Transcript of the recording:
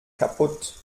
kaputt